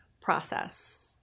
process